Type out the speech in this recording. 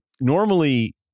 normally